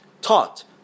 taught